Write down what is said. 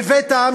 בבית העם,